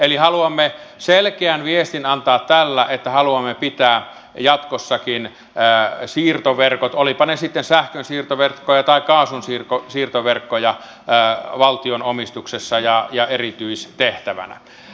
eli haluamme antaa tällä selkeän viestin että haluamme pitää jatkossakin siirtoverkot olivatpa ne sitten sähkönsiirtoverkkoja tai kaasunsiirtoverkkoja valtion omistuksessa ja erityistehtävänä